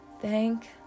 Thank